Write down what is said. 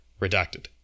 Redacted